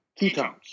ketones